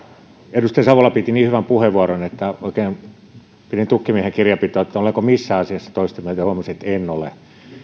edustaja savola piti niin hyvän puheenvuoron että oikein pidin tukkimiehen kirjanpitoa olenko missään asiassa toista mieltä ja huomasin että en ole